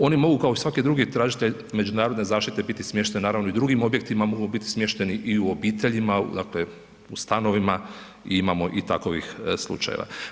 Oni mogu kao svaki drugi tražitelj međunarodne zaštite biti smješteni i u drugim objektima, mogu biti smješteni i u obiteljima u stanovima, imamo i takovih slučajeva.